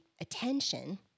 attention